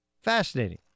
Fascinating